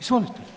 Izvolite.